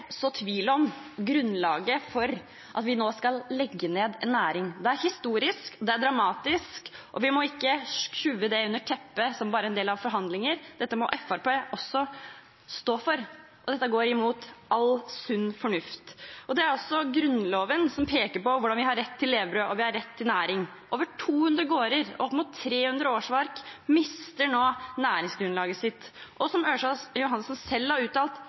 så tvil om grunnlaget for at vi nå skal legge ned en næring. Det er historisk, det er dramatisk, og vi må ikke skyve det under teppet som bare en del av forhandlinger – dette må Fremskrittspartiet også stå for. Dette går imot all sunn fornuft. Grunnloven peker også på hvordan vi har rett til levebrød, og vi har rett til næring. Over 200 gårder og opp mot 300 årsverk mister nå næringsgrunnlaget sitt. Og som representanten Ørsal Johansen selv har uttalt: